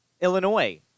Illinois